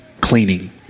cleaning